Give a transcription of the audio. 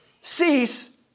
cease